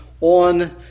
on